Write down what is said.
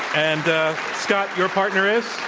and scott, your partner is?